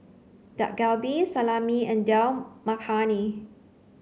Dak Galbi Salami and Dal Makhani